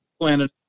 planted